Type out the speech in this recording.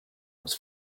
was